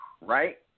Right